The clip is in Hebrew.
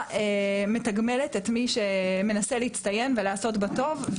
מתגמלת את מי שמנסה להצטיין ולעשות בה טוב,